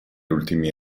ultimi